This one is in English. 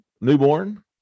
newborn